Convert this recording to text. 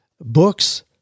books